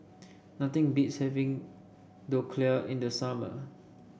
nothing beats having Dhokla in the summer